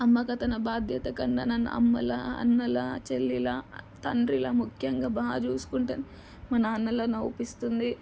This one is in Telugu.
అమ్మకైతే నా బాధ్యత కన్నా నన్ను అమ్మలా అన్నలా చెల్లిలా తండ్రిలా ముఖ్యంగా బాగా చూసుకుంటుంది మా నాన్నలా నవ్విస్తుంది